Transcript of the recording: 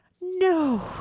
no